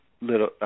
little –